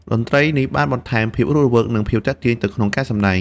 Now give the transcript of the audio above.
តន្ត្រីនេះបានបន្ថែមភាពរស់រវើក និងភាពទាក់ទាញទៅក្នុងការសម្ដែង។